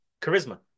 Charisma